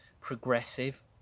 progressive